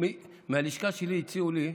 מהלשכה שלי הציעו לי,